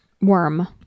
Worm